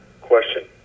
question